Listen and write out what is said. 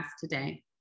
today